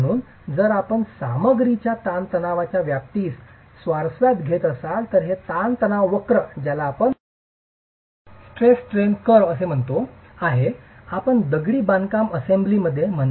म्हणून जर आपण सामग्रीच्या ताणतणावाच्या व्याप्तीस स्वारस्यात घेत असाल तर हे ताण तणाव वक्र आहे आपण दगडी बांधकाम असेंब्लीच म्हणा